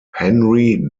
henry